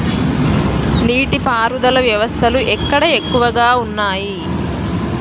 నీటి పారుదల వ్యవస్థలు ఎక్కడ ఎక్కువగా ఉన్నాయి?